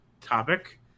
topic